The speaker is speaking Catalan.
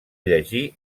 llegir